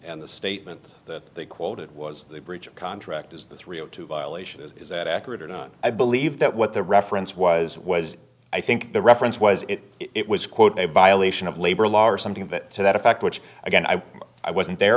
statement that they quote it was a breach of contract is this real to violation is that accurate or not i believe that what the reference was was i think the reference was it was quote a violation of labor law or something that to that effect which again i i wasn't there